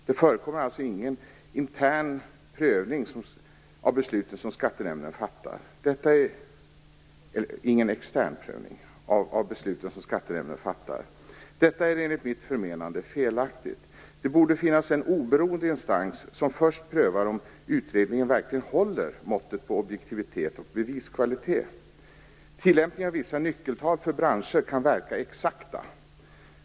Det förekommer alltså ingen extern prövning av de beslut skattenämnden fattar. Detta är enligt mitt förmenande felaktigt. Det borde finnas en oberoende instans som först prövar om utredningen verkligen håller måttet på objektivitet och beviskvalitet. Tillämpningen av vissa nyckeltal för branscher kan verka exakta.